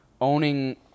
owning